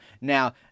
Now